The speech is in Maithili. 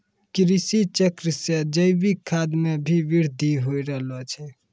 कृषि चक्र से जैविक खाद मे भी बृद्धि हो रहलो छै